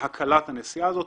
בהקלת הנסיעה הזאת.